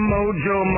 Mojo